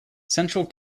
central